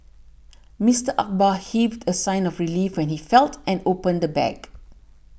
Mister Akbar heaved a sign of relief when he felt and opened the bag